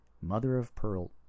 mother-of-pearl